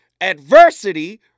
Adversity